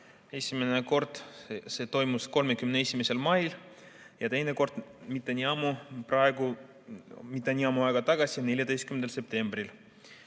Esimene kord see toimus 31. mail ja teine kord mitte nii ammu aega tagasi, 14. septembril.